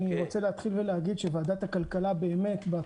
אני רוצה להגיד שוועדת הכלכלה ואתה אדוני,